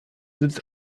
sitzt